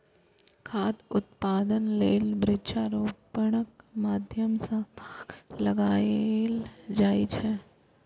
खाद्य उत्पादन लेल वृक्षारोपणक माध्यम सं बाग लगाएल जाए छै